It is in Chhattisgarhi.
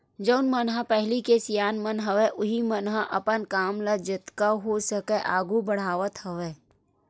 जउन मन ह पहिली के सियान मन हवय उहीं मन ह अपन काम ल जतका हो सकय आघू बड़हावत हवय